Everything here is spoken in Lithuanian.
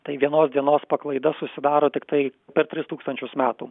tai vienos dienos paklaida susidaro tiktai per tris tūkstančius metų